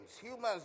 humans